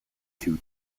two